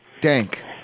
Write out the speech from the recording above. Dank